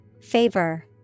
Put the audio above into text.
Favor